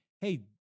hey